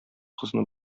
кызны